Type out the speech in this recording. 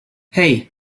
hey